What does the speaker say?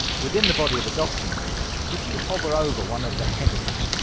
within the body of a document if you hover over one of the headings,